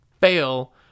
fail